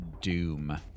Doom